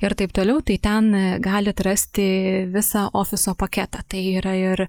ir taip toliau tai ten galite rasti visą ofiso paketą tai yra ir